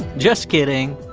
just kidding.